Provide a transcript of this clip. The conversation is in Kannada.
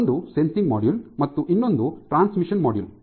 ಒಂದು ಸೆನ್ಸಿಂಗ್ ಮಾಡ್ಯೂಲ್ ಮತ್ತು ಇನ್ನೊಂದು ಟ್ರಾನ್ಸ್ಮಿಷನ್ ಮಾಡ್ಯೂಲ್